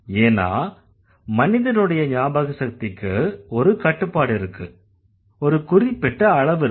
ஏன்னா மனிதனுடைய ஞாபக சக்திக்கு ஒரு கட்டுப்பாடு இருக்கு ஒரு குறிப்பிட்ட அளவிருக்கு